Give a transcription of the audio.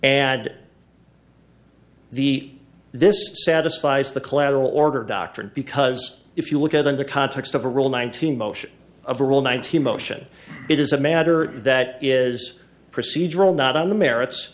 it the this satisfies the collateral order doctrine because if you look at in the context of a rule nineteen motion of rule ninety motion it is a matter that is procedural not on the merits